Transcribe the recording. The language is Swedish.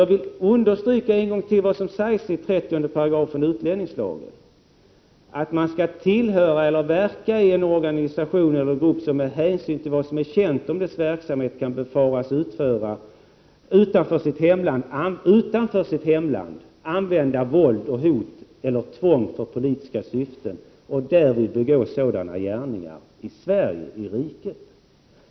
Jag vill understryka en gång till vad som sägs i 30 § utlänningslagen, nämligen att man skall tillhöra eller verka i en organisation eller grupp som med hänsyn till vad som är känt om dess verksamhet kan befaras utanför sitt hemland använda våld och hot eller tvång för politiska syften och därvid begå sådana gärningar i riket.